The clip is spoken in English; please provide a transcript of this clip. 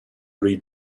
read